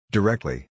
Directly